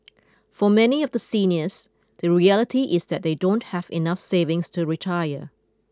for many of the seniors the reality is that they don't have enough savings to retire